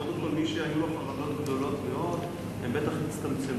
קודם כול מי שהיו לו חרדות גדולות מאוד הן בטח הצטמצמו,